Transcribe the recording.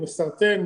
מסרטן,